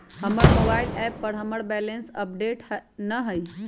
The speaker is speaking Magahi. हमर मोबाइल एप पर हमर बैलेंस अपडेट न हई